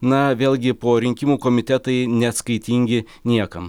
na vėlgi po rinkimų komitetai neatskaitingi niekam